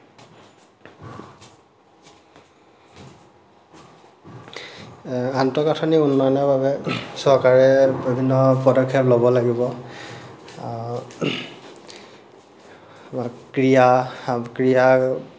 আন্তঃগাঠনি উন্নয়নৰ বাবে চৰকাৰে বিভিন্ন পদক্ষেপ ল'ব লাগিব ক্ৰিয়া